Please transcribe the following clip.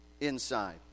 inside